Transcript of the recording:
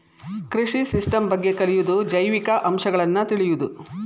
ಕೃಷಿ ಸಿಸ್ಟಮ್ ಬಗ್ಗೆ ಕಲಿಯುದು ಜೈವಿಕ ಅಂಶಗಳನ್ನ ತಿಳಿಯುದು